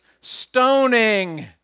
stoning